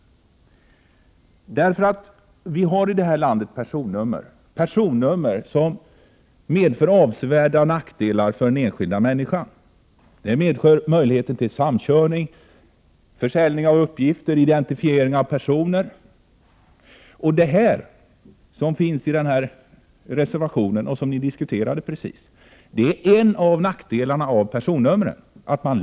Vi har i detta land personnummer, som medför avsevärda nackdelar för den enskilda människan. De skapar möjligheter till samkörning, försäljning av uppgifter och identifiering av personer. Det som alldeles nyss diskuterades, och som tas upp i reservation 4, är en av personnumrens nackdelar.